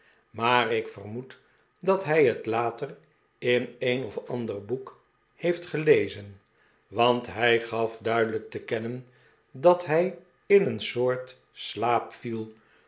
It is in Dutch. maar ik vermoed dat liij het later in een of ander boek heeft gelezen want hij gaf duidelijk te kennen dat hij in een soort slaap viel